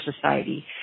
society